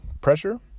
pressure